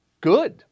good